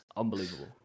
Unbelievable